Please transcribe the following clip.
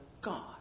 God